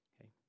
Okay